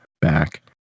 back